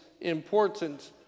important